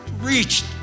reached